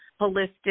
holistic